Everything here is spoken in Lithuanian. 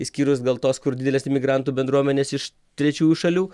išskyrus gal tos kur didelės imigrantų bendruomenės iš trečiųjų šalių